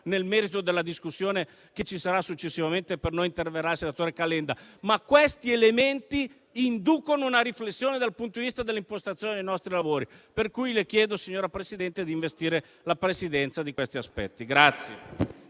nel merito della discussione che ci sarà successivamente (per noi interverrà il senatore Calenda). Tuttavia questi elementi inducono una riflessione dal punto di vista dell'impostazione dei nostri lavori, per cui le chiedo, signora Presidente, di investire la Presidenza di questi aspetti.